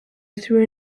through